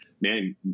man